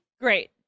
Great